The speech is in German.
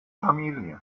familie